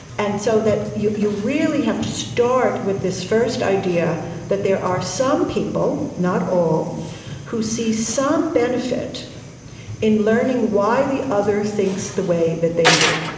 and so that you you really have to start with this first idea that there are some people not all who see some benefit in learning why the other thinks the way that they do.